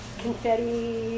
confetti